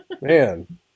man